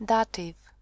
Dative